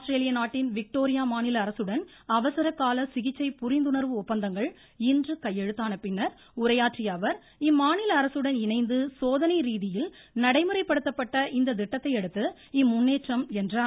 Australia நாட்டின் Victoria மாநில அரசுடன் அவசர கால சிகிச்சை புரிந்துணா்வு ஒப்பந்தங்கள் இன்று கையெழுத்தான பின்னா் உரையாற்றிய அவா் இம்மாநில அரசுடன் இணைந்து சோதனை ரீதியில் நடைமுறைப்படுத்தப்பட்ட இந்த திட்டத்தை அடுத்து இம்முன்னேற்றம் என்றார்